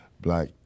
black